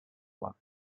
one